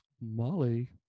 Molly